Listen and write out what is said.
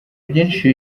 byinshi